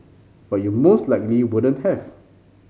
but you most likely wouldn't have